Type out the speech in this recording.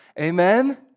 Amen